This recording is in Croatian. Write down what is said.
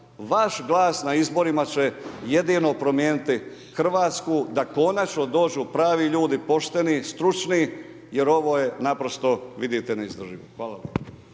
Vaš glas na izborima će jedino promijeniti Hrvatsku da konačno dođu pravi ljudi, pošteni, stručni jer ovo je naprosto vidite neizdrživo. Hvala